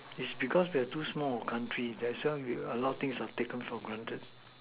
is because they are too small a country that's why we a lot of things are taken for granted